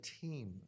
team